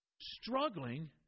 Struggling